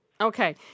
Okay